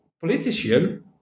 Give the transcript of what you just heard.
politician